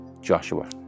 Joshua